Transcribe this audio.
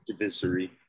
divisory